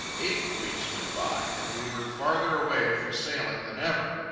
eight weeks went by, and we were farther away from sailing than ever.